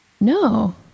No